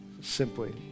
simply